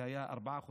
זה היה ארבעה חודשים,